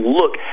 look